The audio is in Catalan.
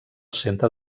centre